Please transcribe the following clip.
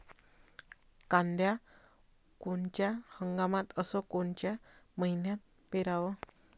कांद्या कोनच्या हंगामात अस कोनच्या मईन्यात पेरावं?